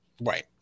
Right